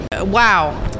Wow